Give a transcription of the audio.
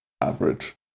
average